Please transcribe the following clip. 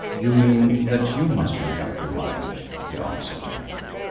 you mean that you must make up your mind, he answered gently.